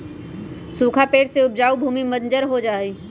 सूखा पड़े से उपजाऊ भूमि बंजर हो जा हई